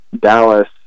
dallas